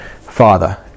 Father